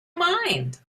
mind